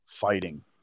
fighting